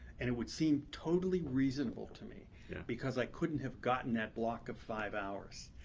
and it would seem totally reasonable to me because i couldn't have gotten that block of five hours.